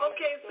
Okay